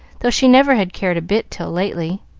though she never had cared a bit till lately.